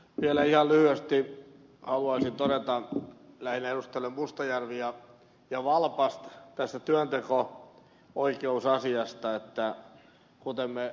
vielä ihan lyhyesti haluaisin todeta lähinnä edustajille mustajärvi ja valpas tästä työnteko oikeusasiasta että kuten me ainakin ed